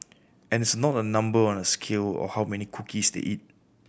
and it's not a number on a scale or how many cookies they eat